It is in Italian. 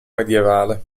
medievale